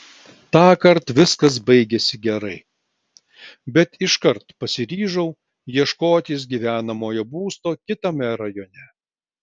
tąkart viskas baigėsi gerai bet iškart pasiryžau ieškotis gyvenamojo būsto kitame rajone